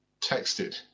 texted